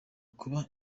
kuba